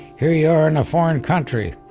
here you are in a foreign country.